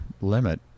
limit